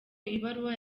ibaruwa